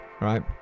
right